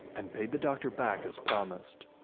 and paid the doctor back as promised.